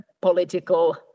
political